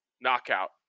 knockout